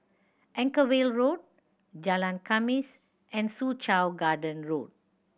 Anchorvale Road Jalan Khamis and Soo Chow Garden Road